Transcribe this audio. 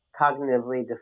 cognitively